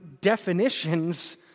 definitions